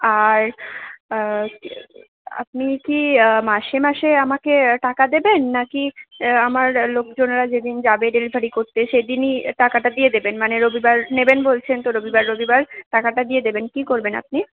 আর আপনি কি মাসে মাসে আমাকে টাকা দেবেন না কি আমার লোকজনেরা যেদিন যাবে ডেলিভারি করতে সেদিনই টাকাটা দিয়ে দেবেন মানে রবিবার নেবেন বলছেন তো রবিবার রবিবার টাকাটা দিয়ে দেবেন কী করবেন আপনি